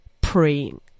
praying